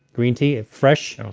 green tea fresh,